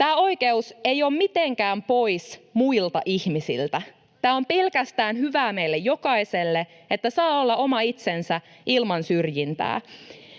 Tämä oikeus ei ole mitenkään pois muilta ihmisiltä. Tämä on pelkästään hyvää meille jokaiselle, että saa olla oma itsensä ilman syrjintää.